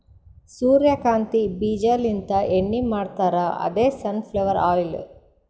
ಸೂರ್ಯಕಾಂತಿ ಬೀಜಾಲಿಂತ್ ಎಣ್ಣಿ ಮಾಡ್ತಾರ್ ಅದೇ ಸನ್ ಫ್ಲವರ್ ಆಯಿಲ್